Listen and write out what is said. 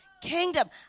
kingdom